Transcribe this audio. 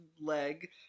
leg